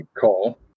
call